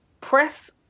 press